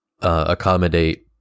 accommodate